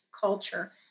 culture